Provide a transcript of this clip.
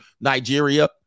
Nigeria